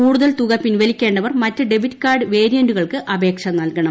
കൂടുതൽ തുക പിൻവലിക്കേണ്ടവർ മറ്റ് ഡെബിറ്റ് കാർഡ് വേരിയന്റുകൾക്ക് അപേക്ഷ നൽകണം